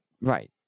Right